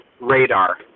radar